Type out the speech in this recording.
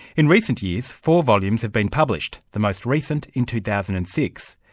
in recent years, four volumes have been published, the most recent in two thousand and six.